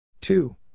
Two